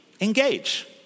engage